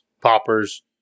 poppers